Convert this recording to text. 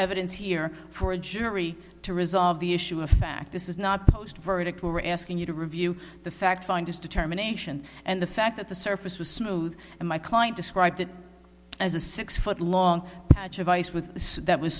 evidence here for a jury to resolve the issue of fact this is not post verdict we're asking you to review the fact finders determination and the fact that the surface was smooth and my client described it as a six foot long patch of ice with that was